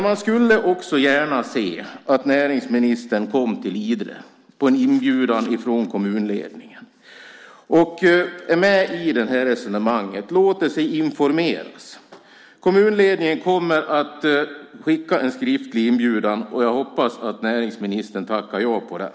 Man skulle också gärna se att näringsministern på en inbjudan från kommunledningen kom till Idre, var med i resonemanget, lät sig informeras. Kommunledningen kommer att skicka en skriftlig inbjudan, och jag hoppas att näringsministern tackar ja till den.